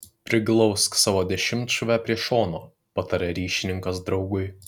priglausk savo dešimtšūvę prie šono pataria ryšininkas draugui